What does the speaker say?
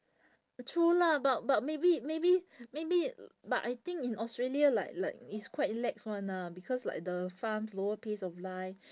true lah but but maybe maybe maybe but I think in australia like like it's quite lax one ah because like the farms lower pace of life